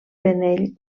penell